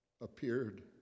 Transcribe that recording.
appeared